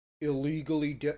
Illegally